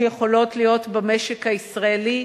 שיכולות להיות במשק הישראלי,